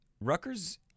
Rutgers